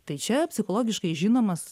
tai čia psichologiškai žinomas